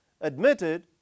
admitted